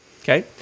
Okay